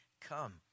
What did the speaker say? come